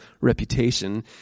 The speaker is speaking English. reputation